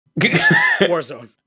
Warzone